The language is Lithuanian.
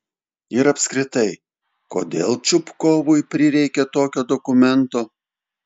ir apskritai kodėl čupkovui prireikė tokio dokumento